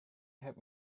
help